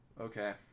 Okay